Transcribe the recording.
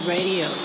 Radio